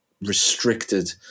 restricted